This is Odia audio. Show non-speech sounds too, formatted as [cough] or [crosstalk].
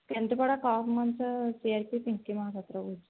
Kendupada [unintelligible] C R P Pinki Mohapatra କହୁଛି